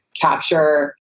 capture